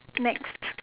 next